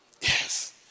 Yes